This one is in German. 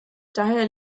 daher